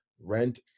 rent